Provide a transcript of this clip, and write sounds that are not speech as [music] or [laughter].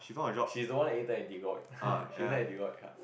she's the one that intern at Deloitte [laughs] she now at Deloitte ya